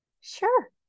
Sure